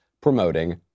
promoting